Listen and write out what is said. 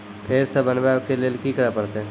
फेर सॅ बनबै के लेल की करे परतै?